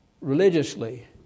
religiously